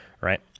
right